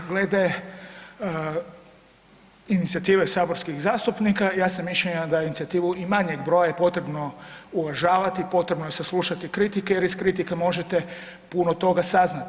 Glede inicijative saborskih zastupnika ja sam mišljenja da inicijativu i manjeg broja je potrebno uvažavati, potrebno je saslušati kritike jer iz kritika možete puno toga saznati.